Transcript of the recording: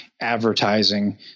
advertising